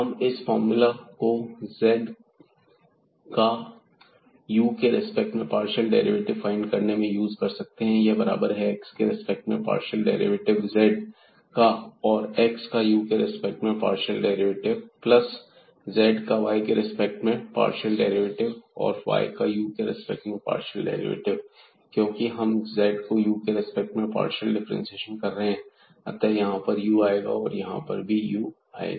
हम इस फार्मूला को z का u के रेस्पेक्ट में पार्शियल डेरिवेटिव फाइंड करने में यूज कर सकते हैं यह बराबर है x के रेस्पेक्ट में पार्शियल डेरिवेटिव z का और x का u के रेस्पेक्ट में पार्शियल डेरिवेटिव प्लस z का y के रेस्पेक्ट में पार्शियल डेरिवेटिव और y का u के रिस्पेक्ट में पार्शियल डेरिवेटिव क्योंकि हम z को u के रेस्पेक्ट में पार्शियल डिफरेंशियल कर रहे हैं अतः यहां u आएगा और यहां भी u आएगा